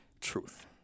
truth